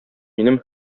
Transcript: минем